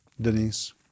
Denise